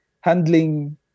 handling